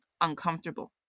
uncomfortable